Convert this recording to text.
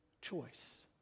choice